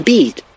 Beat